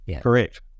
Correct